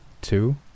Two